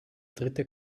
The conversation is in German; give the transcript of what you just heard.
dritte